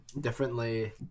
differently